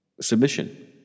submission